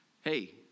hey